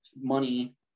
money